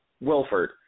Wilford